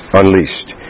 unleashed